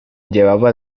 llevaba